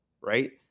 right